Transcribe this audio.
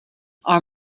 are